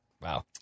Wow